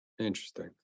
Interesting